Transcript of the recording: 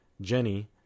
Jenny